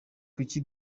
kuki